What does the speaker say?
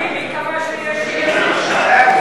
מי קבע שיש אי-אמון?